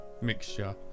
mixture